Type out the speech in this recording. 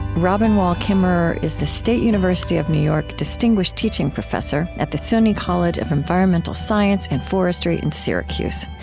robin wall kimmerer is the state university of new york distinguished teaching professor at the suny college of environmental science and forestry in syracuse.